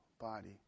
body